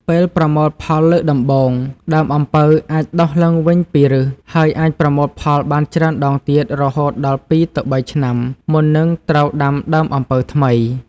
ពេលប្រមូលផលលើកដំបូង ដើមអំពៅអាចដុះឡើងវិញពីឫស ហើយអាចប្រមូលផលបានច្រើនដងទៀត រហូតដល់ ២ ទៅ ៣ ឆ្នាំ មុននឹងត្រូវដាំដើមអំពៅថ្មី។